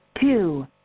Two